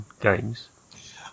games